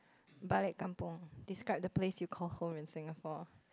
Balik kampung describe the place you call home in Singapore